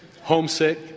homesick